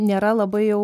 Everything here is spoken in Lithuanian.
nėra labai jau